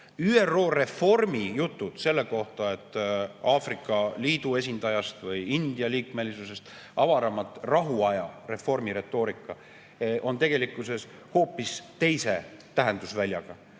ÜRO reformi jutud Aafrika Liidu esindajast või India liikmesusest, avarama, rahuaja reformi retoorika on tegelikkuses hoopis teise tähendusväljaga.